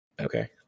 Okay